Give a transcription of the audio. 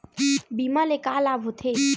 बीमा ले का लाभ होथे?